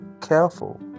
careful